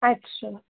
अच्छा